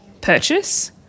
purchase